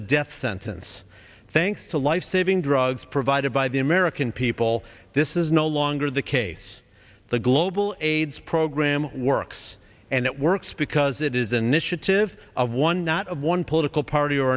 a death sentence thanks to lifesaving drugs provided by the american people this is no longer the case the global aids program works and it works because it is an initiative of one not of one political party or